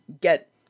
get